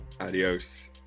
Adios